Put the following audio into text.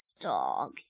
Dog